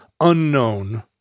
unknown